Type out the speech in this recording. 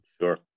Sure